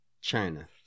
China